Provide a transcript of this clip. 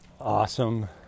awesome